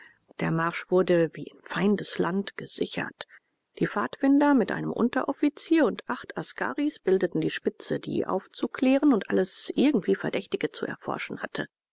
der marsch wurde wie in feindesland gesichert die pfadfinder mit einem unteroffizier und acht askaris bildeten die spitze die aufzuklären und alles irgendwie verdächtige zu erforschen hatte